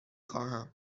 خواهم